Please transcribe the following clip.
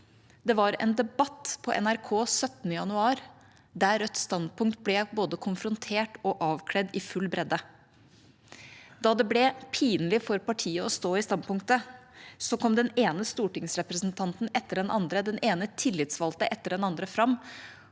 Det var en debatt på NRK den 17. januar, der Rødts standpunkt ble både konfrontert og avkledd i full bredde. Da det ble pinlig for partiet å stå i standpunktet, kom den ene stortingsrepresentanten etter den andre, den ene tillitsvalgte etter den andre, fram